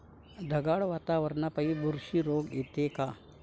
ढगाळ वातावरनापाई बुरशी रोग येते का?